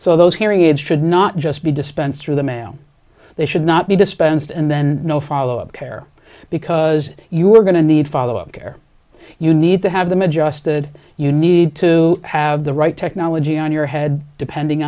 so those hearing aids should not just be dispensed through the mail they should not be dispensed and then no follow up care because you are going to need follow up care you need to have the mage us did you need to have the right technology on your head depending